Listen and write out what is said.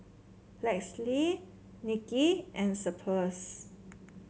Lexie Nikki and Cephus